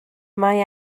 mae